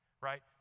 Right